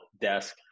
desk